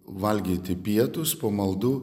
valgyti pietus po maldų